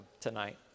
tonight